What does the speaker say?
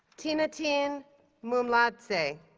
tinatin mumladze,